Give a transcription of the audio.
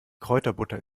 kräuterbutter